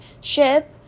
ship